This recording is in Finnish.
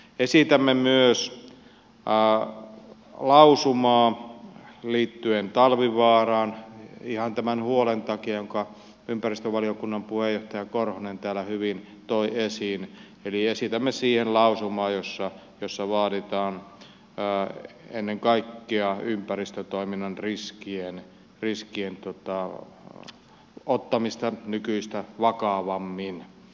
esitämme myös lausumaa liittyen talvivaaraan ihan tämän huolen takia jonka ympäristövaliokunnan puheenjohtaja korhonen täällä hyvin toi esiin eli esitämme siihen lausumaa jossa vaaditaan ennen kaikkea ympäristötoimien riskien ottamista nykyistä vakavammin